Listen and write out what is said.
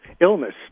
illness